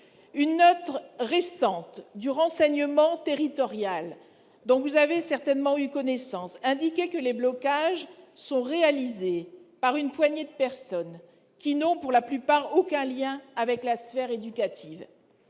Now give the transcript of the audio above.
Une note récente du renseignement territorial, dont vous avez certainement eu connaissance, indiquait :« Les blocages sont réalisés par une poignée de personnes qui n'ont, pour la plupart, aucun lien avec la sphère éducative.